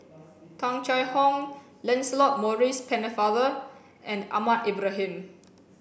Tung Chye Hong Lancelot Maurice Pennefather and Ahmad Ibrahim